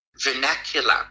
vernacular